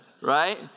right